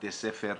בבתי ספר,